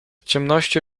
ciemności